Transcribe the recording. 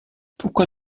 pourquoi